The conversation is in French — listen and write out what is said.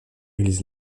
église